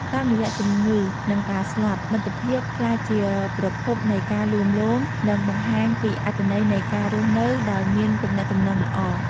តាមរយៈជំងឺ និងការស្លាប់ មិត្តភាពក្លាយជាប្រភពនៃការលួងលោម និងបង្ហាញពីអត្ថន័យនៃការរស់នៅដោយមានទំនាក់ទំនងល្អ។